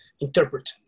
interpret